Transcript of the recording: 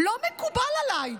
לא מקובל עליי.